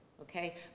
Okay